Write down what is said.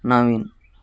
Naveen